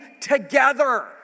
together